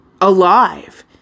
alive